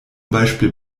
beispiel